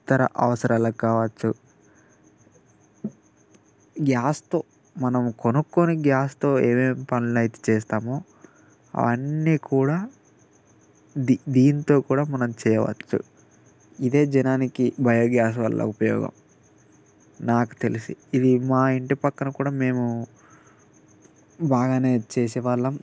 ఇతర అవసరాలకు కావచ్చు గ్యాస్తో మనం కొనుక్కున్న గ్యాస్తో ఏవేవి పనులు అయితే చేస్తామో అవన్నీ కూడా దీం దీంతో కూడా మనం చేయవచ్చు ఇదే జనానికి బయోగ్యాస్ వల్ల ఉపయోగం నాకు తెలిసి ఇది మా ఇంటి పక్కన కూడా మేము బాగా చేసే వాళ్ళం